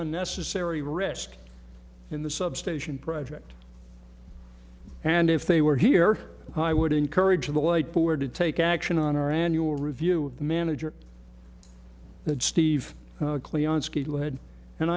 unnecessary risk in the substation project and if they were here i would encourage the white board to take action on our annual review manager that steve